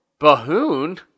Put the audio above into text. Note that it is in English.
Bahoon